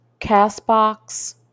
Castbox